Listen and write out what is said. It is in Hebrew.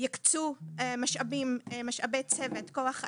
שיקצו משאבים, משאבי צוות, כוח אדם,